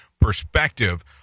perspective